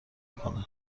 کنن